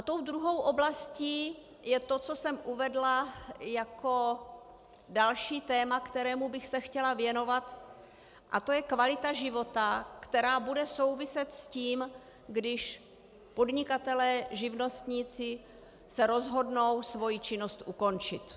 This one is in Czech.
Tou druhou oblastí je to, co jsem uvedla jako další téma, kterému bych se chtěla věnovat, a to je kvalita života, která bude souviset s tím, když podnikatelé, živnostníci se rozhodnou svoji činnost ukončit.